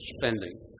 spending